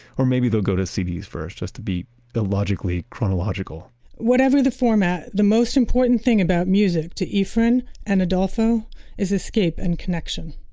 or maybe they'll go to cds first just to be illogically chronological whatever the format, the most important thing about music to efren and adolfo is escape and connection.